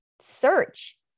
search